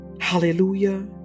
Hallelujah